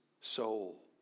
soul